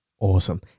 Awesome